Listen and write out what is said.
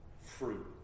fruit